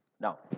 Now